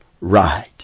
right